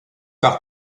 par